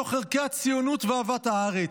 מתוך ערכי הציונות ואהבת הארץ.